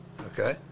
okay